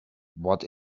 what